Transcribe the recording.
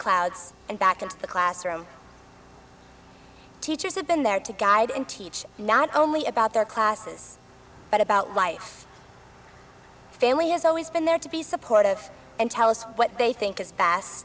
clouds and back into the classroom teachers have been there to guide and teach not only about their classes but about life family has always been there to be supportive and tell us what they think is be